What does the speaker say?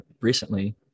recently